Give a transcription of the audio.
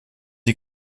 die